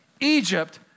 Egypt